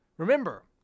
Remember